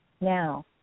Now